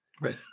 Right